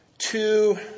Two